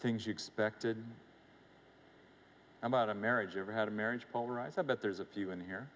things you expected about a marriage you ever had a marriage pulverize i bet there's a few in here